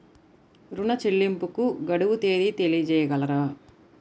ఋణ చెల్లింపుకు గడువు తేదీ తెలియచేయగలరా?